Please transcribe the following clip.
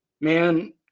man